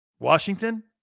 Washington